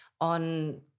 on